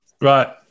right